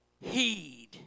heed